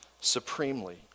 supremely